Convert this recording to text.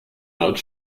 laut